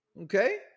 Okay